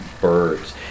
birds